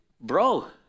bro